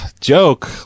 Joke